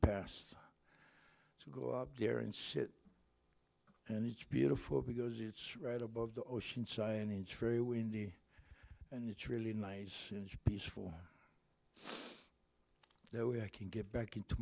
passed to go up there and sit and it's beautiful because it's right above the ocean sigh and inch very windy and it's really nice and peaceful that way i can get back into